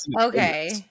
okay